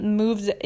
moves